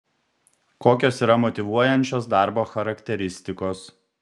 kokios yra motyvuojančios darbo charakteristikos